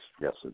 yes